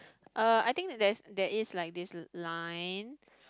uh I think there's there is like this line